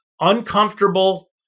uncomfortable